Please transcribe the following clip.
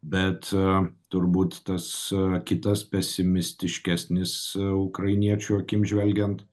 bet turbūt tas kitas pesimistiškesnis ukrainiečių akim žvelgiant